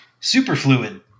superfluid